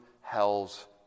hell's